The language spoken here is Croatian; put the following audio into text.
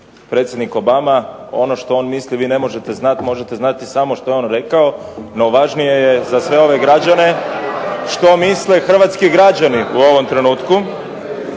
predsjednik Obama. Ono što on misli vi ne možete znati, možete znati samo ono što je on rekao, no važnije je za sve ove građane što misle hrvatski građani u ovom trenutku.